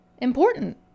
important